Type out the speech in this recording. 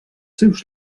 seus